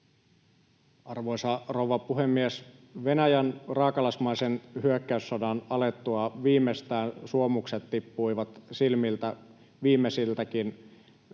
Arvoisa rouva puhemies! Viimeistään Venäjän raakalaismaisen hyökkäyssodan alettua suomukset tippuivat silmiltä viimeisiltäkin